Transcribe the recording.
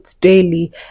daily